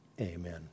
Amen